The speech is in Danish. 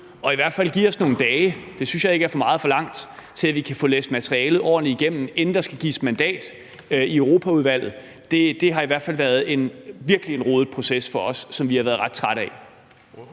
på i hvert fald at give os nogle dage – det synes jeg ikke er for meget forlangt – til at få læst materialet ordentligt igennem, inden der skal gives mandat i Europaudvalget. Det har i hvert fald for os været en virkelig rodet proces, som vi har været ret trætte af.